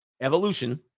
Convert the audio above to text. Evolution